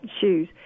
shoes